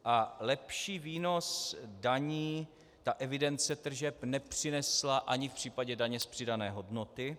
A lepší výnos daní ta evidence nepřinesla ani v případě daně z přidané hodnoty.